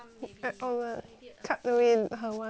cut away her [one] then add on to your [one]